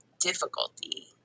difficulty